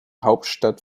hauptstadt